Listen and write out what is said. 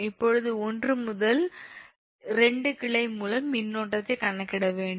இப்போது 1 முதல் 7 கிளை மூலம் மின்னோட்டத்தை கணக்கிட வேண்டும்